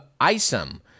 Isom